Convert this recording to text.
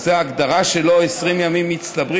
שההגדרה שלו היא 20 ימים מצטברים,